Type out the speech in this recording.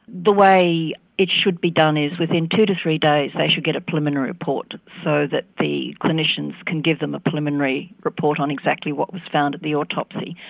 the way it should be done is within two to three days they should get a preliminary report so that the clinicians can give them a preliminary report on exactly what was found at the autopsy.